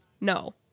No